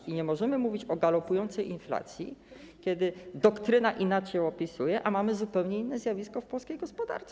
I nie możemy mówić o galopującej inflacji, kiedy doktryna inaczej ją opisuje, a mamy zupełnie inne zjawisko w polskiej gospodarce.